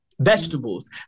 Vegetables